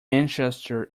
manchester